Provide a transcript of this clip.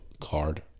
card